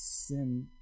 sin